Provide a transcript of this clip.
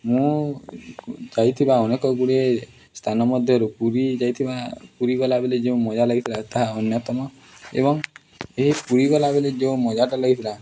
ମୁଁ ଯାଇଥିବା ଅନେକ ଗୁଡ଼ିଏ ସ୍ଥାନ ମଧ୍ୟରୁ ପୁରୀ ଯାଇଥିବା ପୁରୀ ଗଲାବେଳେ ଯେଉଁ ମଜା ଲାଗିଥିଲା ତା' ଅନ୍ୟତମ ଏବଂ ଏହି ପୁରୀ ଗଲାବେଳେ ଯେଉଁ ମଜାଟା ଲାଗିଥିଲା